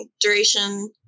duration